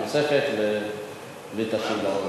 הנוספת ותשיב לה.